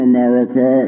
America